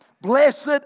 blessed